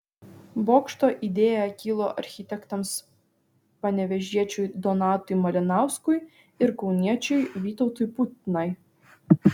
bokšto idėja kilo architektams panevėžiečiui donatui malinauskui ir kauniečiui vytautui putnai